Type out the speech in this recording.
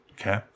Okay